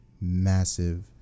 massive